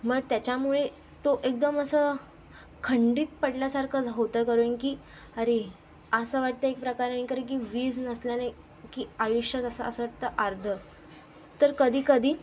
मग तेच्यामुळे तो एकदम असं खंडित पडल्यासारखं ज होतं करून की अरे असं वाटतं एक प्रकारेन कारण की वीज नसल्याने की आयुष्यात असं असं वाटतं अर्ध तर कधीकधी